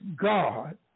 God